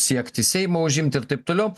siekti seimą užimti ir taip toliau